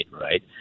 right